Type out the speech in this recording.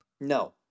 No